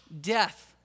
death